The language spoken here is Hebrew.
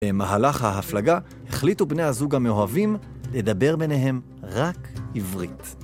במהלך ההפלגה החליטו בני הזוג המאוהבים לדבר ביניהם רק עברית.